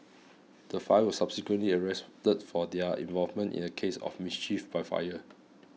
the five were subsequently arrested for their involvement in a case of mischief by fire